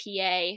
PA